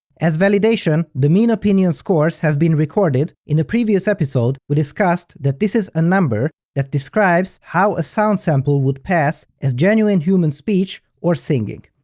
as validation, the mean opinion scores have been recorded, in a previous episode, we discussed that this is a number that describes how a sound sample would pass as genuine human speech or singing.